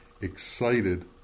excited